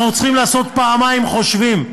אנחנו צריכים לעשות פעמיים חושבים,